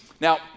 Now